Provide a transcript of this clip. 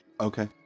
okay